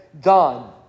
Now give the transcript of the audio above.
Done